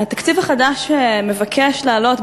התקציב החדש מבקש להעלות,